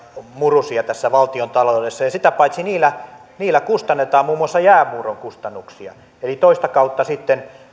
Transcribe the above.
murusia tässä valtiontaloudessa ja sitä paitsi niillä niillä kustannetaan muun muassa jäänmurron kustannuksia eli toista kautta sitten